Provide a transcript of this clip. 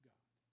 God